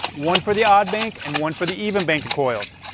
one for the odd bank and one for the even bank coils.